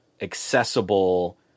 accessible